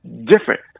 different